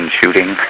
shooting